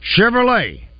Chevrolet